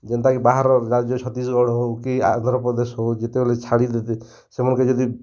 ଯେନ୍ତାକି ବାହରର୍ ରାଜ୍ୟ ଛତିଶଗଡ଼୍ ହେଉକି ଆନ୍ଧ୍ରପଦେଶ୍ ହେଉ ଯେତେବେଲେ ଛାଡ଼ି ଦେତେ ସେମାନ୍କେ ଯଦି